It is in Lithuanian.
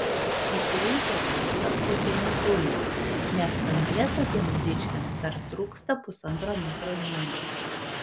į klaipėdą jis atplaukė nepilnas nes kanale tokiems dičkiams dar trūksta pusantro metro gylio